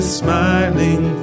smiling